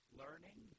learning